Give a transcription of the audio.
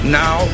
now